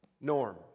Norm